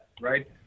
right